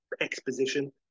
exposition